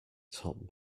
top